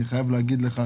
אני חייב להגיד לך,